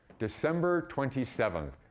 december twenty seventh.